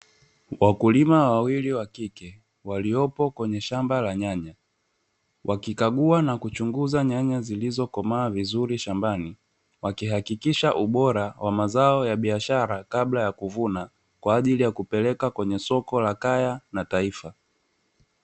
Wakulima wawili wa kike waliopo kwenye shamba la nyanya, wakikagua na kuchunguza nyanya zilizokomaa vizuri shambani, wakihakikisha ubora wa mazao ya biashara kabla ya kuvuna, kwa ajili ya kupeleka kwenye soko la kaya na taifa.